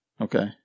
Okay